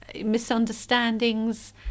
misunderstandings